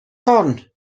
corn